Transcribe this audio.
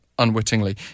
Unwittingly